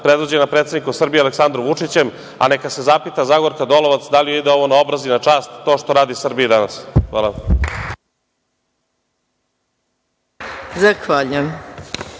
predvođena predsednikom Srbije, Aleksandrom Vučićem, a neka se zapita Zagorka Dolovac da li joj ide ovo na obraz i na čast to što radi Srbiji danas. Hvala.